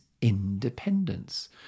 independence